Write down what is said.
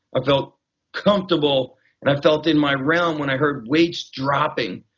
i felt comfortable and i felt in my realm when i heard weighs dropping.